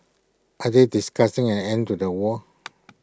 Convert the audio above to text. are they discussing an end to the war